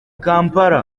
kampala